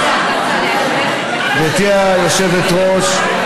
גברתי היושבת-ראש,